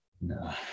No